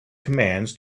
commands